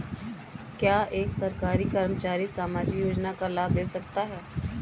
क्या एक सरकारी कर्मचारी सामाजिक योजना का लाभ ले सकता है?